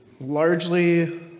largely